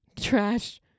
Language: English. trash